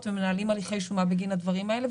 ומנהלים הליכי שומה בגין הדברים האלה.